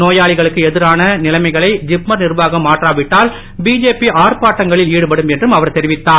நோயாளிகளுக்கு எதிரான நிலைமைகளை திப்மர் நிர்வாகம் மாற்றாவிட்டால் பிஜேபி ஆர்ப்பாட்டங்களில் ஈடுபடும் என்றும் அவர் தெரிவித்தார்